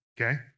Okay